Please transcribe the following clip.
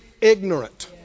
ignorant